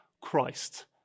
Christ